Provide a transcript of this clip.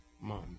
mom